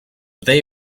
they